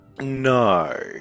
No